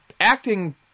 acting